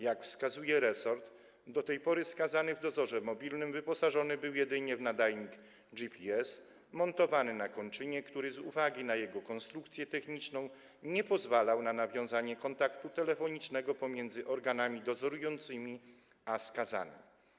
Jak wskazuje resort, do tej pory skazany w dozorze mobilnym wyposażony był jedynie w nadajnik GPS, montowany na kończynie, który z uwagi na swoją konstrukcję techniczną nie pozwalał na nawiązanie kontaktu telefonicznego pomiędzy organami dozorującymi a skazanym.